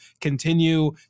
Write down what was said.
continue